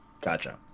Gotcha